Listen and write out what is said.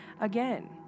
again